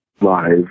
live